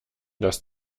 das